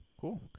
Cool